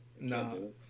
No